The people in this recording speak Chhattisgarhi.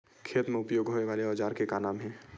खेत मा उपयोग होए वाले औजार के का नाम हे?